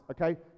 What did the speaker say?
okay